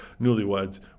newlyweds